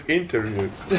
interviews